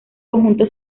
conjunto